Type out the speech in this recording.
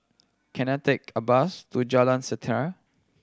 can I take a bus to Jalan Setia